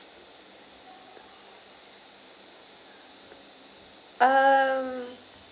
um